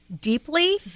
deeply